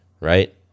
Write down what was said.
right